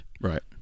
right